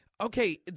Okay